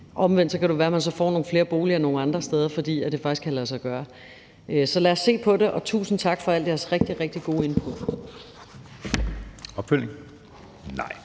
Omvendt kan det jo så være, at man får nogle flere boliger nogle andre steder, fordi det faktisk kan lade sig gøre. Så lad os se på det, og tusind tak for alle jeres rigtig, rigtig gode input.